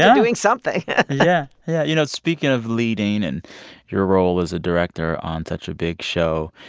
and doing something yeah. yeah. you know, speaking of leading and your role as a director on such a big show,